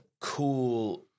cool